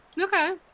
Okay